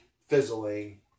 fizzling